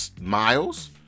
Miles